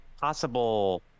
possible